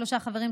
שלושה חברים,